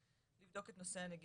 לבדוק את נושא הנגישות.